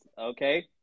Okay